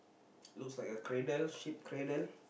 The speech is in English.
look like a cradle sheep cradle